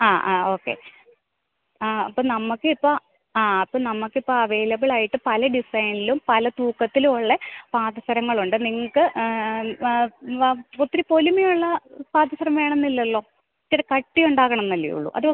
ആ ആ ഓക്കെ ആ അപ്പം നമുക്ക് ഇപ്പം ആ അപ്പം നമുക്ക് ഇപ്പം അവൈലബിൾ ആയിട്ട് പല ഡിസൈനിലും പല തൂക്കത്തിലും ഉള്ള പാദസരങ്ങളുണ്ട് നിങ്ങക്ക് എന്നാൽ വാ ഒത്തിരി പൊലിമ ഉള്ള പാദസരം വേണമെന്നില്ലല്ലോ ഇച്ചിരി കട്ടിയുണ്ടാകണമെന്ന് അല്ലെ ഉള്ളു അതോ